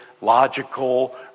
logical